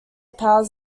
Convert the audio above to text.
powers